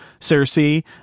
Cersei